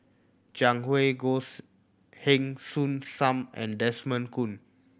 Jiang Hu Goh's Heng Soon Sam and Desmond Kon